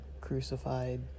crucified